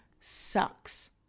sucks